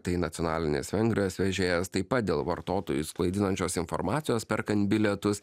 tai nacionalinės vengrijos vežėjas taip pat dėl vartotojus klaidinančios informacijos perkant bilietus